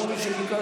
לא זכור לי שביקשת.